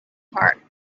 park